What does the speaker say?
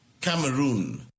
Cameroon